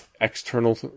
External